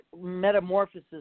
metamorphosis